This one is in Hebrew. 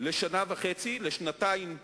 לשנתיים דה-יורה,